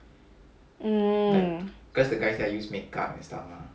mm